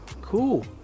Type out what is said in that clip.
Cool